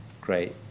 great